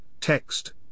text